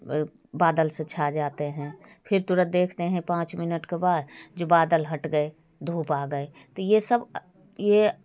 और बादल से छा जाते हैं फिर तुरंत देखते हैं पाँच मिनट के बाद जो बादल हट गए धूप आ गए तो ये सब ये